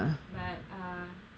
but uh